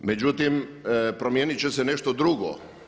Međutim, promijenit će se nešto drugo.